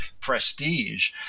prestige